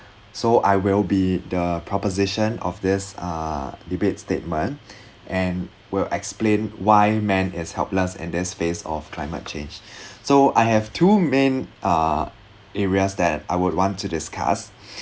so I will be the proposition of this uh debate statement and will explain why man is helpless in this phase of climate change so I have two main uh areas that I would want to discuss